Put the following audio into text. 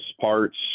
parts